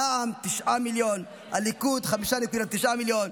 רע"מ, 9 מיליון, הליכוד, 5.9 מיליון,